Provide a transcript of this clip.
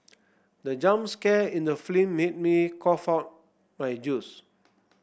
the jump scare in the made me cough out my juice